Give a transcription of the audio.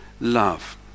love